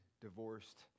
divorced